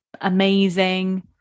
amazing